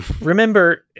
remember